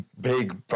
big